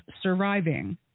surviving